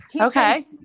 Okay